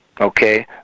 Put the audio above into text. okay